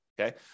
okay